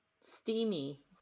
Steamy